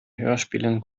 hörspielen